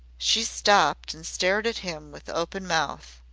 she stopped and stared at him with open mouth.